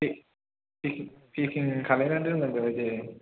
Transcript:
पेकिं खालामनानै दोनबानो जाबाय दे